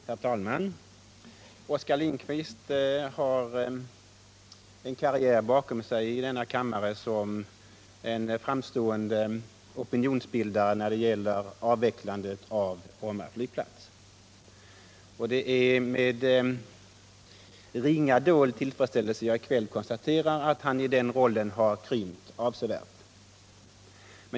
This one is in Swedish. Herr talman! Oskar Lindkvist har en karriär bakom sig i denna kammare som en framstående opinionsbildare när det gäller avvecklande av Bromma flygplats. Det är med föga dold tillfredsställelse jag i kväll konstaterar att han i den rollen har krympt avsevärt.